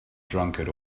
drunkard